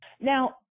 Now